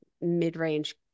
mid-range